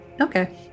Okay